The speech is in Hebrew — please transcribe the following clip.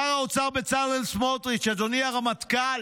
שר האוצר בצלאל סמוטריץ': אדוני הרמטכ"ל,